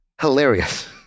hilarious